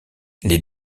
les